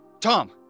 Tom